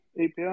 API